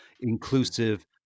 inclusive